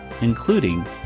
Including